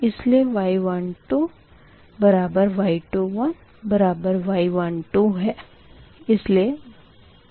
इसलिए y12 y21y12 है